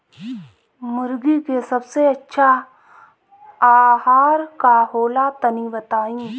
मुर्गी के सबसे अच्छा आहार का होला तनी बताई?